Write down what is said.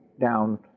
down